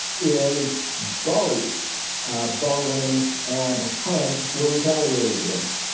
is both bowen and hunt were retaliated against.